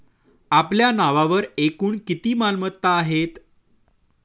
आपल्या नावावर एकूण किती मालमत्ता आहेत?